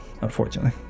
unfortunately